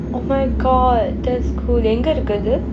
oh my god that's cool எங்கே இருக்கு அது:enkei irukku athu